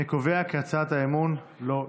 אני קובע כי הצעת האי-אמון לא התקבלה.